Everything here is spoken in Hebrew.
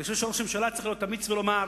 אני חושב שראש הממשלה צריך להיות אמיץ, ולומר: